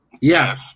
Yes